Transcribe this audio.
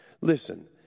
Listen